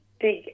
big